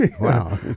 Wow